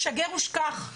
שגר ושכח,